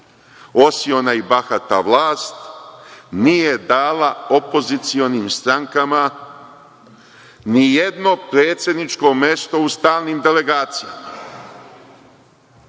osiona i bahata vlast nije dala opozicionim strankama ni jedno predsedničko mesto u stalnim delegacijama. Naravno,